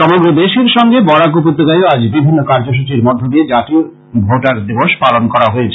সমগ্র দেশের সঙ্গে বরাক উপত্যকায়ও আজ বিভিন্ন কার্য্যসচীর মধ্য দিয়ে জাতীয় ভোটার দিবস পালন করা হয়েছে